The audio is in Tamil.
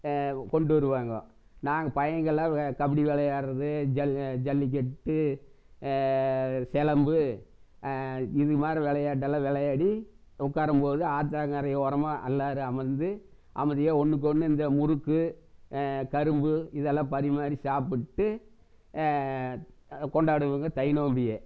கொண்டு வருவாங்க நாங்கள் பையங்கெல்லாம் கபடி விளையாடுறது ஜல் ஜல்லிக்கட்டு சிலம்பு இதுமாதிரி விளையாட்டெல்லாம் விளையாடி உட்காரும்போது ஆத்தாங்கரை ஓரமாக எல்லாரும் அமர்ந்து அமைதியாக ஒன்றுக்கொன்னு இந்த முறுக்கு கரும்பு இதெல்லாம் பரிமாறி சாப்பிட்டு கொண்டாடுவோங்க தை நோம்பிய